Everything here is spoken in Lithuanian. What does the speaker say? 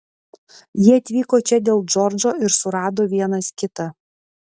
jie atvyko čia dėl džordžo ir surado vienas kitą